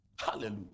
Hallelujah